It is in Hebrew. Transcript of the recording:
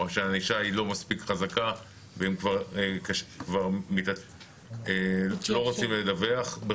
שהענישה לא מספיק חזקה ולא רוצים לדווח.